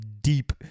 deep